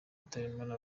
gutererana